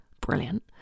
Brilliant